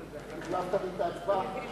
זה מחייב הצבעה.